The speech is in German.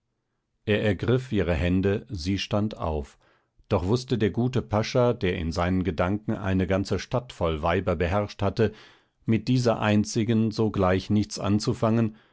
er ergriff ihre hände sie stand auf doch wußte der gute pascha der in seinen gedanken eine ganze stadt voll weiber beherrscht hatte mit dieser einzigen sogleich nichts anzufangen